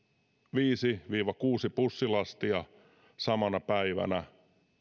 viisi viiva kuusi bussilastia samana päivänä